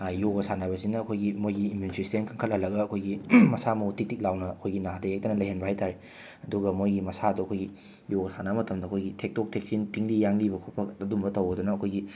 ꯌꯣꯒ ꯁꯥꯟꯅꯕꯁꯤꯅ ꯑꯩꯈꯣꯏꯒꯤ ꯃꯣꯏꯒꯤ ꯏꯃꯨꯟ ꯁꯤꯁꯇꯦꯝ ꯀꯟꯈꯠꯍꯜꯂꯒ ꯑꯩꯈꯣꯏꯒꯤ ꯃꯁꯥ ꯃꯋꯨ ꯇꯤꯛ ꯇꯤꯛ ꯂꯥꯎꯅ ꯑꯩꯈꯣꯏꯒꯤ ꯅꯥꯗ ꯌꯦꯛꯇꯅ ꯂꯩꯍꯟꯕ ꯍꯥꯏꯇꯥꯔꯦ ꯑꯗꯨꯒ ꯃꯣꯏꯒꯤ ꯃꯁꯥꯗꯣ ꯑꯩꯈꯣꯏꯒꯤ ꯌꯣꯒ ꯁꯥꯟꯅꯕ ꯃꯇꯝꯗ ꯑꯩꯈꯣꯏꯒꯤ ꯊꯦꯛꯇꯣꯛ ꯊꯦꯛꯆꯤꯟ ꯇꯤꯡꯂꯤ ꯌꯥꯡꯂꯤꯕ ꯈꯣꯠꯄ ꯑꯗꯨꯒꯨꯝꯕ ꯇꯧꯕꯗꯨꯅ ꯑꯩꯈꯣꯏꯒꯤ